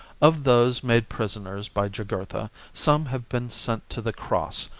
of those made prisoners by jugurtha, some have been sent to the cross,